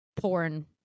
porn